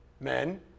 men